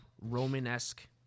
Roman-esque